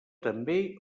també